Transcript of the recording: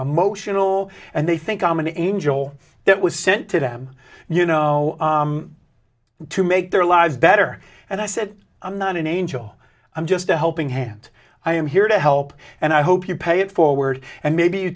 emotional and they think i'm an angel that was sent to them you know to make their lives better and i said i'm not an angel i'm just a helping hand i am here to help and i hope you pay it forward and maybe you